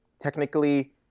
technically